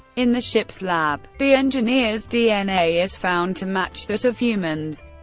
in the ship's lab, the engineer's dna is found to match that of humans.